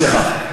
סליחה.